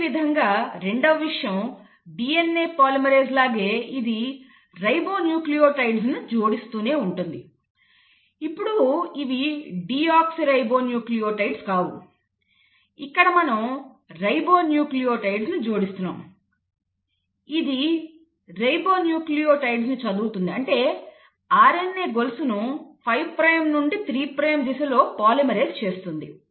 అదేవిధంగా రెండవ విషయం DNA పాలిమరేస్ లాగే ఇది రిబోన్యూక్లియోటైడ్లను జోడిస్తూనే ఉంటుంది ఇప్పుడు ఇవి డియోక్సిరిబోన్యూక్లియోటైడ్లు కావు ఇక్కడ మనం రిబోన్యూక్లియోటైడ్లను జోడిస్తున్నాము ఇది రిబోన్యూక్లియోటైడ్లను చదువుతుంది అంటే RNA గొలుసును 5 ప్రైమ్ నుండి 3 ప్రైమ్ దిశలో పాలిమరైజ్ చేస్తుంది